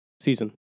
season